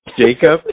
Jacob